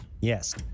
Yes